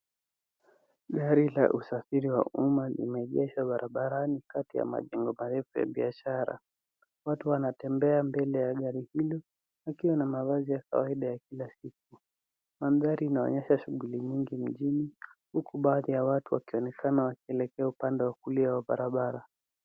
Gari la usafiri wa umma limeegeshwa barabarani kati ya majengo marefu ya biashara. Watu wanatembea mbele ya gari hilo wakiwa na mavazi ya kawaida ya kila siku. Mandhari inaonyesha shughuli nyingi mjini, huku baadhi ya watu wakionekana kuenda upande wa kulia wa barabara.